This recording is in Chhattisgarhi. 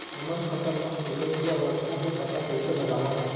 हमन फसल मा फुले के अवस्था के पता कइसे लगावन?